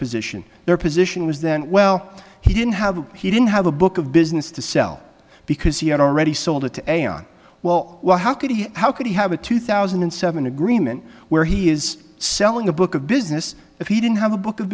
position their position was that well he didn't have he didn't have a book of business to sell because he had already sold it to a on well well how could he how could he have a two thousand and seven agreement where he is selling a book of business if he didn't have a book of